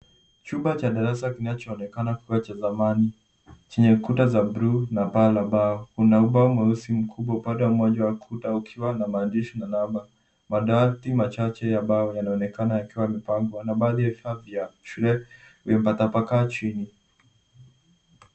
Chumba cha darasa kinachoonekana kuwa cha zamani chenye ukuta za buluu na paa la mbao. Kuna ubao mweusi mkubwa upande mmoja wa ukuta ukiwa na maandishi na namba. Madawati machache ya mbao yanaonekana yakiwa yamepangwa na baadhi ya vifaa vya shule vimetapakaa chini.